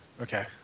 Okay